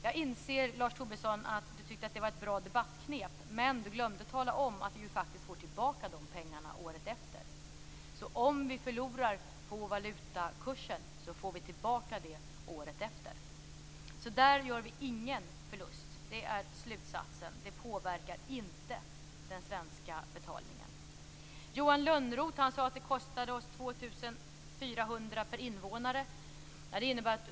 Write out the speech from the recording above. Jag inser att Lars Tobisson tyckte att det var ett bra debattknep, men han glömde tala om att vi faktiskt får tillbaka de pengarna året efter. Om vi förlorar på valutakursen får vi tillbaka det året efter. Där gör vi alltså ingen förlust. Det är slutsatsen. Detta påverkar inte den svenska betalningen. Johan Lönnroth sade att detta kostar oss 2 400 kr per invånare.